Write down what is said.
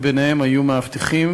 אדוני היושב-ראש,